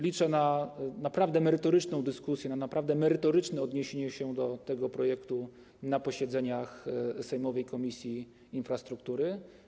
Liczę na naprawdę merytoryczną dyskusję, na naprawdę merytoryczne odniesienie się do tego projektu na posiedzeniach sejmowej Komisji Infrastruktury.